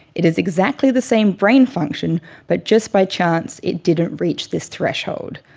it is exactly the same brain function but just by chance it didn't reach this threshold.